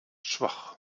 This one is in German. schwach